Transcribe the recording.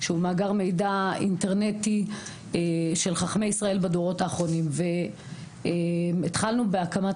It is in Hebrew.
שהוא מאגר מידע אינטרנטי של חכמי ישראל בדורות האחרונים והתחלנו בהקמת